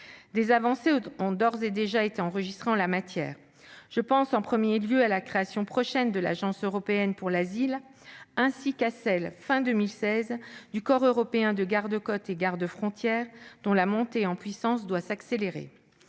Des avancées ont d'ores et déjà été enregistrées en la matière. Je pense, en premier lieu, à la création prochaine de l'agence européenne pour l'asile, ainsi qu'à celle, fin 2016, du corps européen de garde-côtes et garde-frontières, dont la montée en puissance doit s'accélérer.